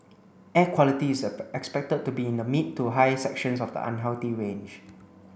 air quality is expected to be in the mid to high sections of the unhealthy range